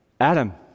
Adam